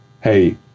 Hey